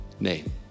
name